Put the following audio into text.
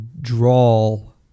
drawl